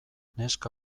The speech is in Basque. neska